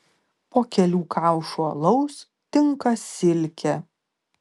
po kelių kaušų alaus tinka silkė